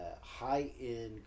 high-end